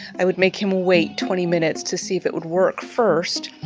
i would make him wait twenty minutes to see if it would work first,